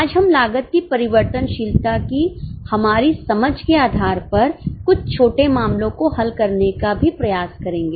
आज हम लागत की परिवर्तनशीलता की हमारी समझ के आधार पर कुछ छोटे मामलों को हल करने का भी प्रयास करेंगे